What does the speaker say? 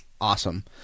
awesome